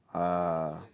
ah